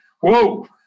whoa